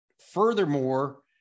furthermore